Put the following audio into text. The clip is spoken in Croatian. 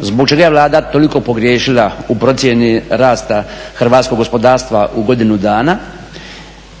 zbog čega je Vlada toliko pogriješila u procjeni rasta hrvatskog gospodarstva u godinu dana